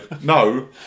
no